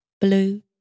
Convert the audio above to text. blue